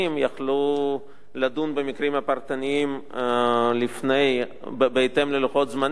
יכלו לדון במקרים הפרטניים בהתאם ללוחות זמנים.